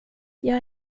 jag